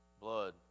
blood